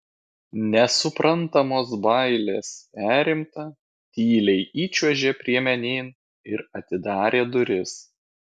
nesuprantamos bailės perimta tyliai įčiuožė priemenėn ir atidarė duris